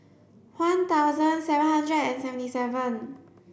one thousand seven hundred and seventy seven